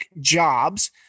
jobs